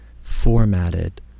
formatted